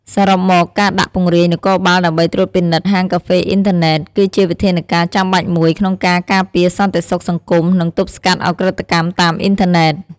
សរុបមក ការដាក់ពង្រាយនគរបាលដើម្បីត្រួតពិនិត្យហាងកាហ្វេអ៊ីនធឺណិត គឺជាវិធានការចាំបាច់មួយក្នុងការការពារសន្តិសុខសង្គម និងទប់ស្កាត់ឧក្រិដ្ឋកម្មតាមអ៊ីនធឺណិត។